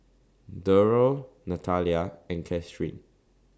Durrell Natalia and Katheryn